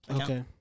Okay